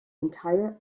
entire